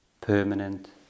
permanent